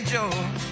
Joe